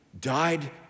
died